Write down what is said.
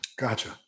Gotcha